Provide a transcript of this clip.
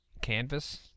canvas